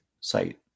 site